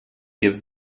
gives